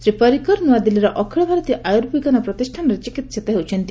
ଶ୍ରୀ ପରିକର ନୂଆଦିଲ୍ଲୀର ଅଖିଳ ଭାରତୀୟ ଆୟୁର୍ବିଞ୍ଜାନ ପ୍ରତିଷାନରେ ଚିକିିିତ ହେଉଛନ୍ତି